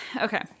okay